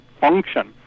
function